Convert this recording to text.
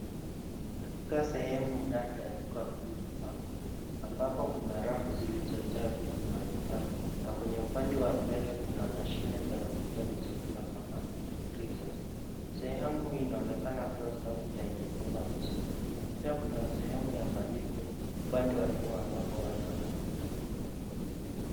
Ni katika sehemu ndani ya duka kubwa ambapo kuna rafu zilizojaa vitu mbalimbali na kwenye upande wa mbele kuna mashini za kuhifadhi chakula kama freezers .Sehemu hii inaonekana kuwa safi na yenye mwanga mzuri. Pia kuna sehemu ya malipo upande wa nyuma ambapo watu wanalipa.